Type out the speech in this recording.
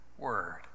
word